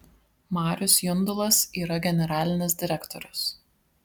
marius jundulas yra generalinis direktorius